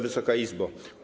Wysoka Izbo!